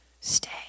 Stay